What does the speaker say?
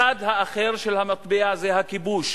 הצד האחר של המטבע זה הכיבוש,